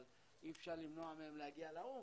אבל אי אפשר למנוע מהם להגיע לאו"ם,